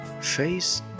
face